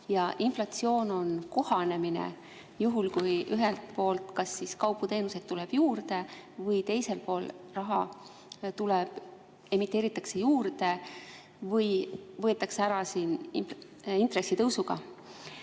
Ja inflatsioon on kohanemine, juhul kui ühelt poolt kas kaupu-teenuseid tuleb juurde või teiselt poolt raha emiteeritakse juurde või võetakse intresside tõusuga